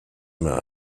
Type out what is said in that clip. mehr